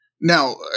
Now